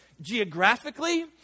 Geographically